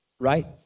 right